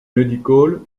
medical